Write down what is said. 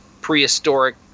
prehistoric